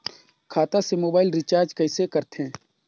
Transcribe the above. खाता से mobile recharge कइसे करथे